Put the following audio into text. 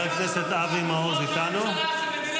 תודה, גברתי.